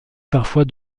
parfois